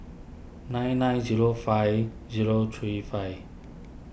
nine nine zero five zero three five